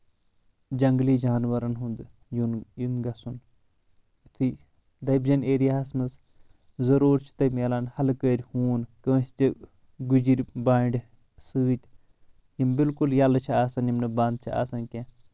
جنٛگلی جانورن ہُنٛد یُن یُن گژھُن یِتھٕے دٔبجن ایریا ہس منٛز ضرور چُھ تتہِ مِلان تۄہہِ ہلکٲر ہون کٲنٛسہِ تہِ گُجر بانٛڈِ سۭتۍ یم بِلکُل یلہٕ چھِ آسان یِم نہٕ بنٛد چھِ آسان کِینٛہہ